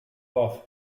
voz